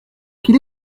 qu’il